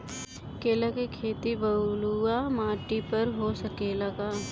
केला के खेती बलुआ माटी पर हो सकेला का?